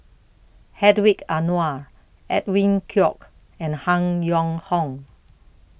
Hedwig Anuar Edwin Koek and Han Yong Hong